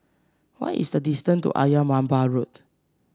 what is the distance to Ayer Merbau Road